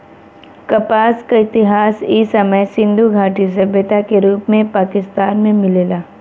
कपास क इतिहास इ समय सिंधु घाटी सभ्यता के रूप में पाकिस्तान में मिलेला